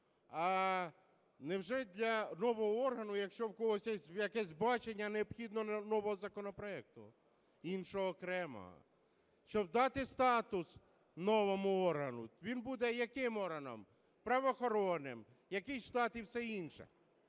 А невже для нового органу, якщо в когось є якесь бачення, необхідність нового законопроекту, іншого, окремого, щоб дати статус новому органу? Він буде яким органом, правоохоронним? Який штат і все інше?